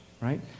right